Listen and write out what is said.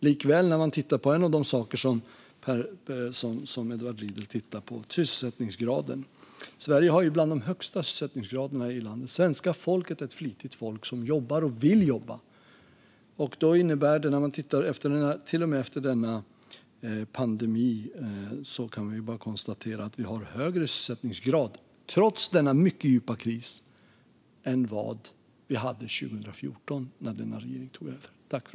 Likväl när det gäller sysselsättningsgraden, som Edward Riedl tar upp, har Sverige bland de högsta sysselsättningsgraderna. Svenska folket är ett flitigt folk som jobbar och vill jobba. Till och med under denna pandemi kan vi konstatera att vi trots denna mycket djupa kris har högre sysselsättningsgrad än vad vi hade 2014, när denna regering tog över.